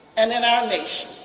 and in our nation